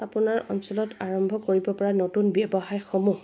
আপোনাৰ অঞ্চলত আৰম্ভ কৰিব পৰা নতুন ব্যৱসায়সমূহ